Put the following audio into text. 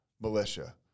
militia